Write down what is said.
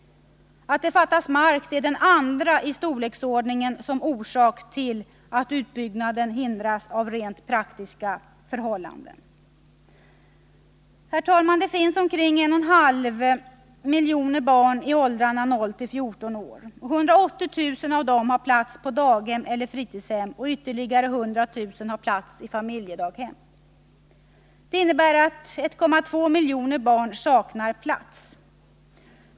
Att det fattas mark är den andra i storleksordningen av orsakerna till att utbyggnaden hindras av rent praktiska förhållanden. Det finns omkring 1,5 miljoner barn i åldrarna 0-14 år. 180 000 av dem har plats på daghem eller fritidshem och ytterligare 100000 har plats i familjedaghem. Det innebär att 1,2 miljoner barn saknar plats.